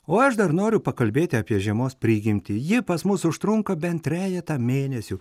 o aš dar noriu pakalbėti apie žiemos prigimtį ji pas mus užtrunka bent trejetą mėnesių